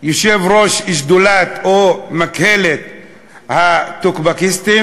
יושב-ראש שדולת או מקהלת הטוקבקיסטים,